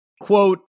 Quote